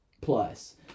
plus